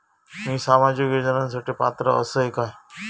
मी सामाजिक योजनांसाठी पात्र असय काय?